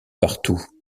partout